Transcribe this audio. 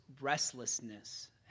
Restlessness